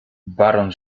baron